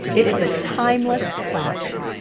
it is a timeless classic.